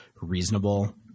reasonable